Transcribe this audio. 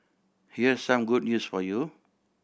here's some good news for you